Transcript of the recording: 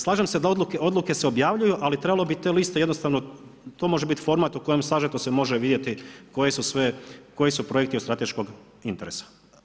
Slažem se da se odluke objavljuju, ali trebalo bi te liste jednostavno to može biti format u kojem sažeto se može vidjeti koji su projekti od strateškog interesa.